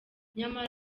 nyamara